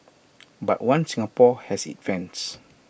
but One Singapore has its fans